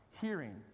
hearing